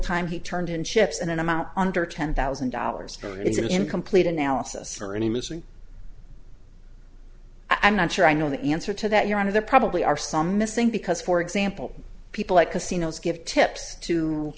time he turned in chips and an amount under ten thousand dollars it's an incomplete analysis for any missing i'm not sure i know the answer to that your honor there probably are some missing because for example people at casinos give tips to